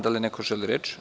Da li neko želi reč?